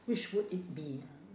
which would it be ah